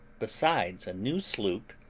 besides a new sloop,